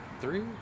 Three